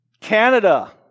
Canada